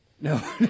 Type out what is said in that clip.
No